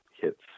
hits